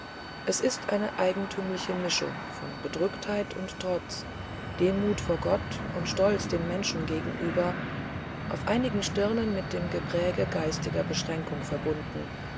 es ist eine eigentümliche mischung von bedrücktheit und trotz demut vor gott und stolz den menschen gegenüber auf einigen stirnen mit dem gepräge geistiger beschränkung verbunden